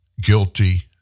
guilty